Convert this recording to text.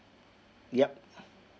yup